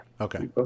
Okay